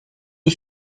des